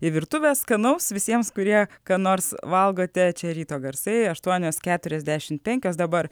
į virtuvę skanaus visiems kurie ką nors valgote čia ryto garsai aštuonios keturiasdešim penkios dabar